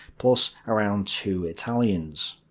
plus around two italian.